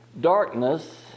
darkness